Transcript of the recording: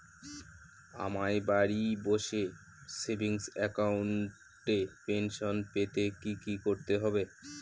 আমায় বাড়ি বসে সেভিংস অ্যাকাউন্টে পেনশন পেতে কি কি করতে হবে?